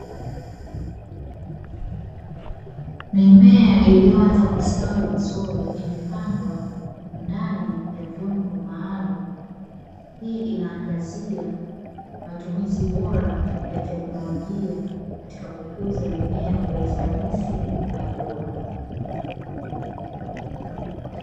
Mimea iliyoanza kustawi vizuri kwenye imepandwa ndani ya vyombo maalumu, hii inaangazia matumizi bora ya teknolojia katika kukuza mimea kwa ufanisi na ubora.